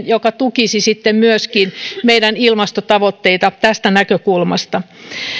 joka tukisi sitten myöskin meidän ilmastotavoitteita tästä näkökulmasta